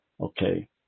Okay